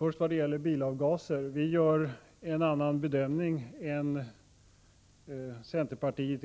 Herr talman! Vad gäller bilavgaser gör vi en annan bedömning än centerpartiet.